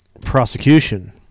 prosecution